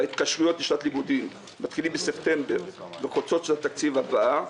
וההתקשרויות לשנת לימודים מתחילות בספטמבר וחוצות לשנת התקציב הבאה,